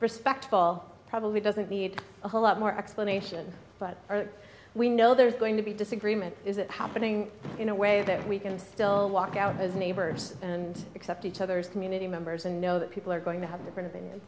all probably doesn't need a whole lot more explanation but are we know there's going to be disagreement is it happening in a way that we can still walk out as neighbors and accept each other's community members and know that people are going to have different